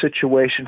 situation